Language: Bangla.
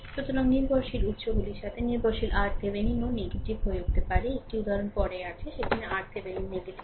সুতরাং নির্ভরশীল উত্সগুলির সাথে নির্ভরশীল RThevenin ও নেতিবাচক হয়ে উঠতে পারে একটি উদাহরণ পরে আছে সেখানে RThevenin নেগেটিভ